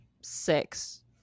six